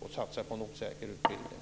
och satsar på en osäker utbildning.